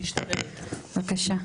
בבקשה.